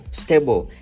stable